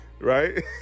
right